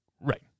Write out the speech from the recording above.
Right